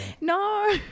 No